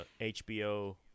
HBO